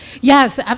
Yes